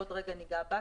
עוד רגע נגע בה.